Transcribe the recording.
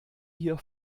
hier